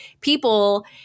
people